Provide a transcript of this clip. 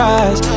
eyes